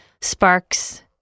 sparks